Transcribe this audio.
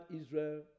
Israel